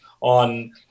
on